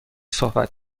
صحبت